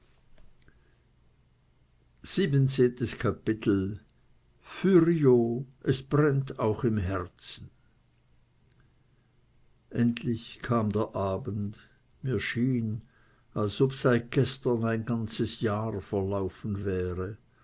fürio es brennt auch im herzen endlich kam der abend mir schien als ob seit gestern ein ganzes jahr verlaufen wäre